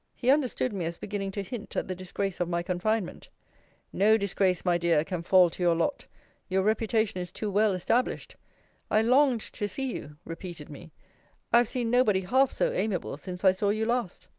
he understood me as beginning to hint at the disgrace of my confinement no disgrace my dear can fall to your lot your reputation is too well established i longed to see you, repeated me i have seen nobody half so amiable since i saw you last.